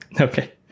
Okay